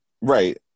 Right